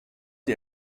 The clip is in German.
die